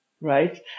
right